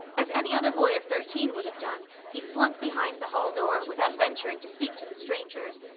as any other boy of thirteen would have done, he slunk behind the hall door, without venturing to speak to the strangers,